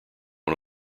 one